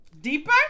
Deeper